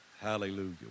Hallelujah